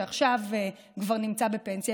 שעכשיו כבר נמצא בפנסיה,